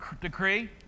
decree